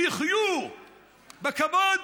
שיחיו בכבוד.